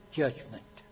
judgment